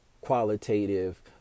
qualitative